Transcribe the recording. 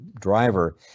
driver